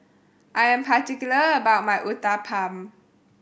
I am particular about my Uthapam